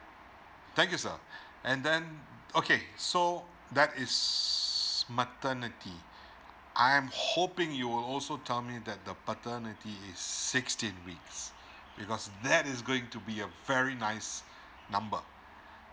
thank you sir and then okay so that is maternity I'm hoping you will also tell me that the paternity is sixteen weeks because that is going to be a very nice number